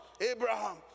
Abraham